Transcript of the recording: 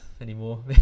anymore